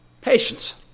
Patience